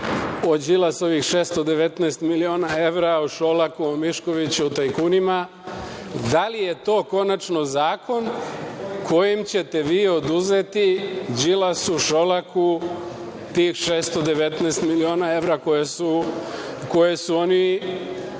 o Đilasovih 619 miliona evra, o Šolaku, o Miškoviću, o tajkunima, da li je to konačno zakon kojim ćete vi oduzeti Đilasu, Šolaku tih 619 miliona evra koje su oni